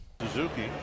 Suzuki